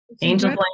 angel